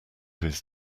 his